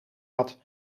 had